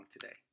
Today